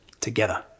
together